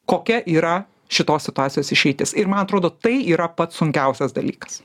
kokia yra šitos situacijos išeitis ir man atrodo tai yra pats sunkiausias dalykas